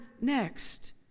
next